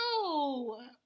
no